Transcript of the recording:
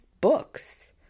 books